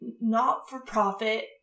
not-for-profit